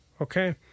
Okay